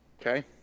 Okay